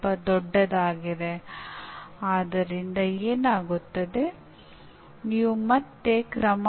ಈಗ ಇದು ವಿನ್ಯಾಸ ಶಾಸ್ತ್ರ ಒಂದು ಉದಾಹರಣೆಯಾಗಿದೆ